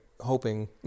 hoping